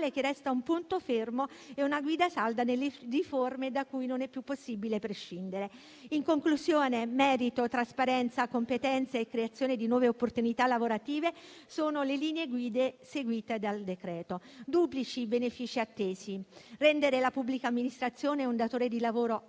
Grazie a